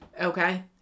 Okay